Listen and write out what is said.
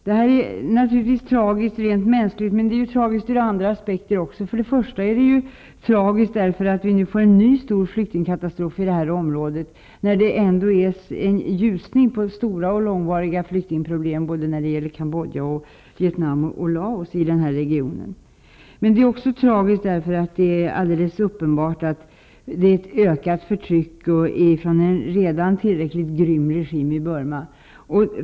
Det är naturligtvis tragiskt rent mänskligt, men det är även tragiskt från andra aspekter. För det första är det tragiskt därför att vi nu får en ny stor flyktingkatastrof i detta område, där man ändå har sett en ljusning på stora och långvariga flyktingproblem när det gäller Cambodja, Vietnam och Laos i denna region. För det andra är det tragiskt därför att det är alldeles uppenbart att det sker ett ökat förtryck från en redan tillräckligt grym regim i Burma.